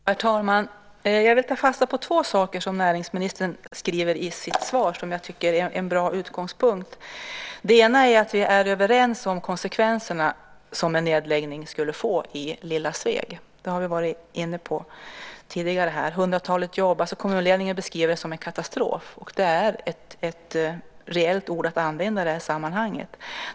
Herr talman! Jag vill ta fasta på två saker som näringsministern skriver i sitt svar, som jag tycker är en bra utgångspunkt. Det ena som vi är överens om är konsekvenserna som en nedläggning skulle få i lilla Sveg. Vi har tidigare varit inne på att hundratalet jobb kommer att försvinna. Kommunledningen beskriver det som en katastrof, och det är ett reellt ord att använda i det här sammanhanget.